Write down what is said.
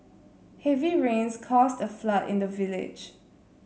heavy rains caused a flood in the village